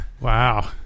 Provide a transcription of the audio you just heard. Wow